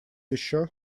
еще